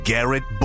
Garrett